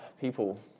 people